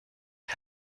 has